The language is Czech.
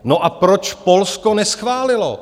No a proč Polsko neschválilo?